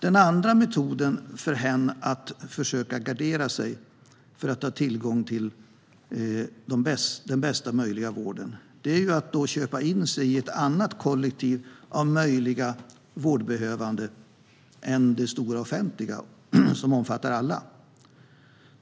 Den andra metoden för den enskilde att försöka gardera sig så att hen har tillgång till den bästa möjliga vården är att köpa in sig i ett annat kollektiv av möjliga vårdbehövande än det stora offentliga, som omfattar alla.